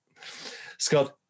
Scott